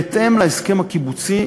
בהתאם להסכם הקיבוצי,